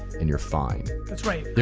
and you're fine. that's right.